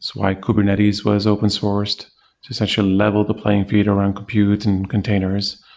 why kubernetes was open sourced to essentially level the playing field around compute and containers.